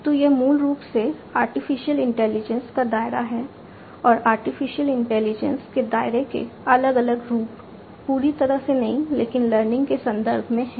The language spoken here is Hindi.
तो यह मूल रूप से आर्टिफिशियल इंटेलिजेंस के दायरे के अलग अलग रूप पूरी तरह से नहीं लेकिन लर्निंग के संदर्भ में है